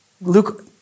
Luke